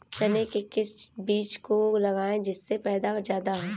चने के किस बीज को लगाएँ जिससे पैदावार ज्यादा हो?